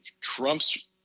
Trump's